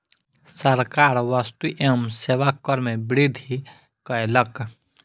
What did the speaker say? सरकार वस्तु एवं सेवा कर में वृद्धि कयलक